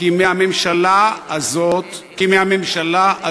כי מהממשלה הזאת,